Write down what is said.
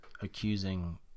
accusing